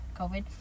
COVID